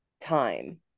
time